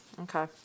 okay